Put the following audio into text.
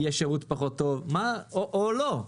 יהיה שירות פחות טוב או לא?